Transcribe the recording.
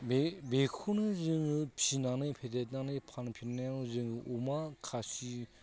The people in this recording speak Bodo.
बे बेखौनो जोङो फिनानै फेदेदनानै फानफिननायाव जों अमा खासि